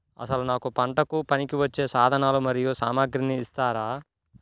అసలు నాకు పంటకు పనికివచ్చే సాధనాలు మరియు సామగ్రిని ఇస్తారా?